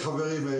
חברים,